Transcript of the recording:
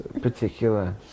particular